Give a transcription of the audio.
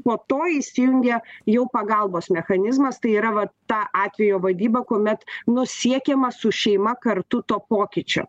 po to įsijungia jau pagalbos mechanizmas tai yra va ta atvejo vadyba kuomet nu siekiama su šeima kartu to pokyčio